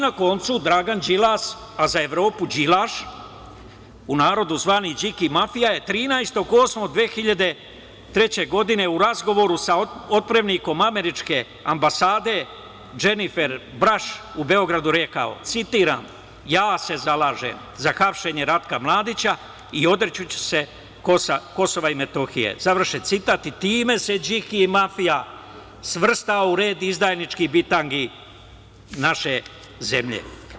Na kraju, Dragan Đilas, a za Evropu Đilaš, u narodu zvani Điki mafija, je 13. avgusta 2003. godine u razgovoru sa otpremnikom američke ambasade Dženifer Braš u Beogradu rekao, citiram – ja se zalažem za hapšenje Ratka Mladića i odreći ću se Kosova i Metohije, završen citat i time se Điki mafija svrstao u red izdajničkih bitangi naše zemlje.